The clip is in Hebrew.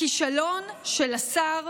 הכישלון של השר,